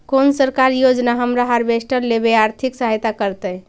कोन सरकारी योजना हमरा हार्वेस्टर लेवे आर्थिक सहायता करतै?